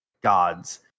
gods